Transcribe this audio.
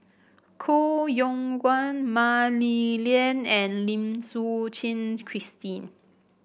Koh Yong Guan Mah Li Lian and Lim Suchen Christine